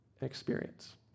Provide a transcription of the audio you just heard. experience